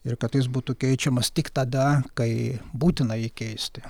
ir kad jis būtų keičiamas tik tada kai būtina jį keisti